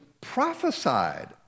prophesied